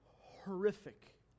horrific